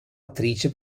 attrice